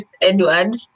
Edward